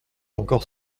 encore